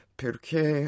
perché